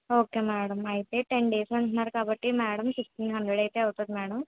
okay madam అయితే ten days అంటున్నారు కాబట్టి మేడం సిక్స్టీన్ హండ్రెడ్ అయితే అవుతుంది మేడం